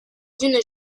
gün